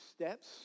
steps